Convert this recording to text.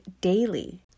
daily